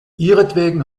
ihretwegen